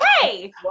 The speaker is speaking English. hey